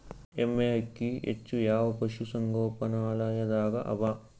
ಎಮ್ಮೆ ಅಕ್ಕಿ ಹೆಚ್ಚು ಯಾವ ಪಶುಸಂಗೋಪನಾಲಯದಾಗ ಅವಾ?